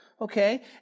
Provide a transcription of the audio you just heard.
okay